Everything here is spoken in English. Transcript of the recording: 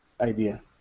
idea